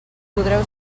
podreu